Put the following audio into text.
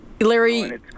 Larry